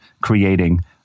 creating